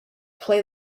play